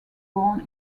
born